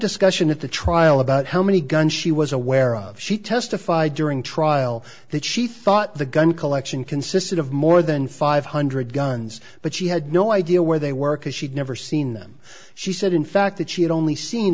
discussion at the trial about how many guns she was aware of she testified during trial that she thought the gun collection consisted of more than five hundred guns but she had no idea where they work as she'd never seen them she said in fact that she had only seen